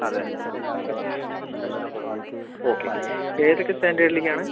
അതെ ഓക്കെ ഏതൊക്കെ സ്റ്റാൻഡേർഡിലേക്കാണ്